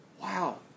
wow